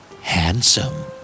Handsome